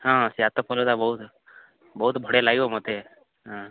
ହଁ ବହୁତ ବହୁତ ବଢ଼ିଆ ଲାଗିବ ମତେ